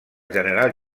general